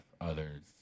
others